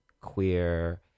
queer